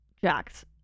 Jack's